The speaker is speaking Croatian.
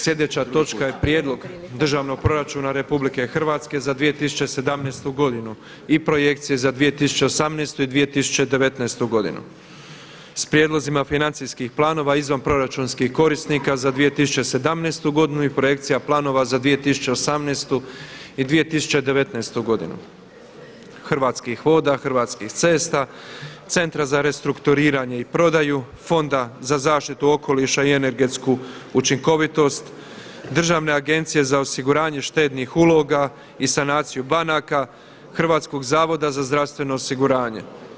Sljedeća točka je Prijedlog Državnog proračuna Republike Hrvatske za 2017. godinu i projekcije za 2018. i 2019. godinu, s prijedlozima Financijskih planova izvanproračunskih korisnika za 2017. godinu i projekcija planova za 2018. i 2019. godinu Hrvatskih voda, Hrvatskih cesta, Centra za restrukturiranje i prodaju, Fonda za zaštitu okoliša i energetsku učinkovitost, Državne agencije za osiguranje štednih uloga i sanaciju banaka, Hrvatskog zavoda za zdravstveno osiguranje.